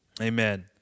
Amen